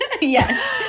Yes